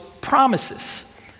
promises